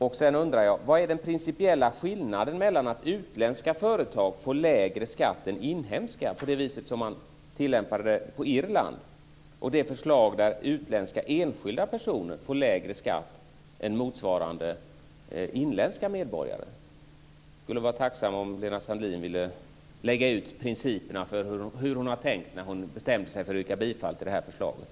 Jag undrar också vad den principiella skillnaden är mellan det system som gör att utländska företag får lägre skatt än inhemska som man tillämpat på Irland och det förslag som gör att utländska enskilda personer får lägre skatt än motsvarande inländska medborgare. Jag skulle vara tacksam om Lena Sandlin Hedman ville lägga ut principerna för hur hon har tänkt när hon bestämde sig för att yrka bifall till det här förslaget.